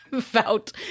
felt